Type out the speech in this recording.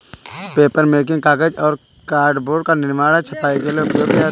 papermaking कागज और cardboard का निर्माण है छपाई के लिए उपयोग किया जाता है